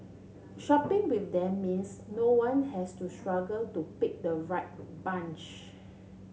shopping with them means no one has to struggle to pick the right bunch